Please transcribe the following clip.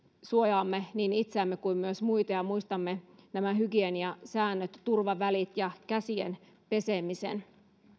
suojaamme niin itseämme kuin myös muita ja muistamme nämä hygieniasäännöt turvavälit ja käsien pesemisen